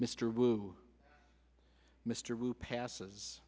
mr blue mr blue passes